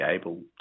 able